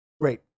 great